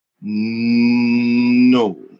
No